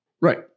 right